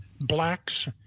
Blacks